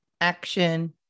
action